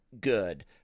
good